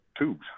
tubes